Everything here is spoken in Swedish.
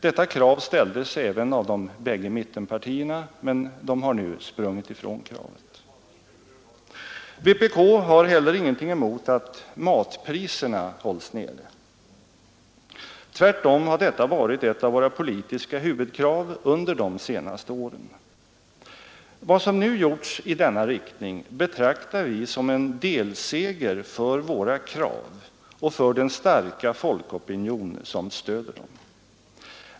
Detta krav ställdes även av de bägge mittenpartierna, men de har nu sprungit ifrån det. Vpk har heller ingenting emot att matpriserna hålls nere. Tvärtom har detta varit ett av våra politiska huvudkrav under de senaste åren. Vad som nu gjorts i denna riktning betraktar vi som en delseger för våra krav och för den starka folkopinion som stöder dem.